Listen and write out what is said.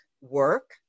work